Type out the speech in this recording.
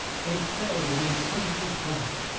they fell within spencer's grasp,